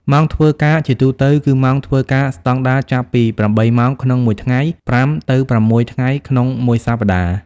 ម៉ោងធ្វើការជាទូទៅ គឺម៉ោងការងារស្តង់ដារចាប់ពី ៨ ម៉ោងក្នុងមួយថ្ងៃ ៥ទៅ៦ ថ្ងៃក្នុងមួយសប្តាហ៍។